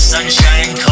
Sunshine